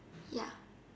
ya